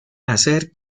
nacer